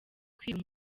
kwiba